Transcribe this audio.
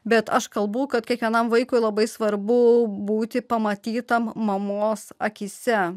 bet aš kalbu kad kiekvienam vaikui labai svarbu būti pamatytam mamos akyse